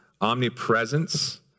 Omnipresence